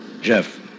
Jeff